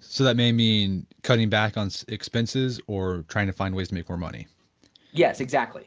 so that may mean cutting back on expenses or trying to find ways to make more money yes, exactly.